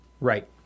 Right